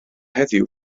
heddiw